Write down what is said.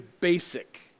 basic